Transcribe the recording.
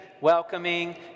welcoming